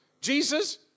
Jesus